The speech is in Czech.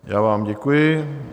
Já vám děkuji.